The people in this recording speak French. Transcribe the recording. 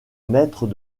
maîtres